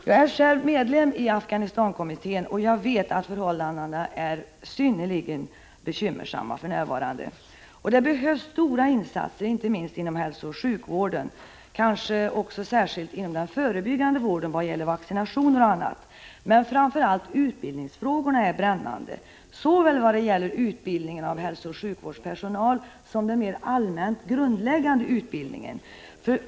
Jag är själv medlem i Afghanistan-kommittén och vet att förhållandena är synnerligen bekymmersamma för närvarande. Det behövs stora insatser inte minst inom hälsooch sjukvården, kanske särskilt inom den förebyggande vården när det gäller vaccinationer och annat. Framför allt är emellertid utbildningsfrågorna brännande, såväl beträffande utbildning av hälsooch sjukvårdspersonal som i fråga om den mer allmänt grundläggande utbildningen.